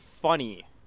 funny